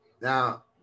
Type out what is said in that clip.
now